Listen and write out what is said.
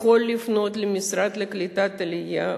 הוא יכול לפנות למשרד לקליטת העלייה,